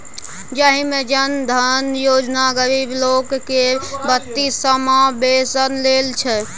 जाहि मे जन धन योजना गरीब लोक केर बित्तीय समाबेशन लेल छै